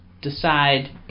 decide